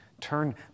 turn